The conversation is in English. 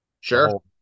Sure